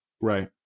Right